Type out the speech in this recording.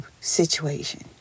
situation